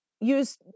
use